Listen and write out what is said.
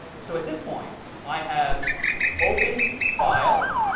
so at this point i have opened file.